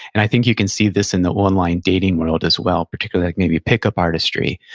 and i think you can see this in the online dating world as well, particularly like maybe pickup artistry.